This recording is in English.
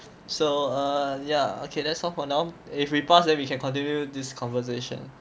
so uh yeah okay that's all for now if we pass then we can continue this conversation